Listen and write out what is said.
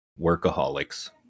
workaholics